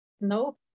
Nope